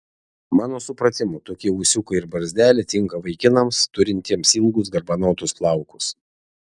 mano supratimu tokie ūsiukai ir barzdelė tinka vaikinams turintiems ilgus garbanotus plaukus